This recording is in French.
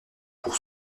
pour